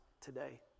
today